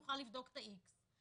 נוכל לבדוק את ה-X,